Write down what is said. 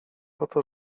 oto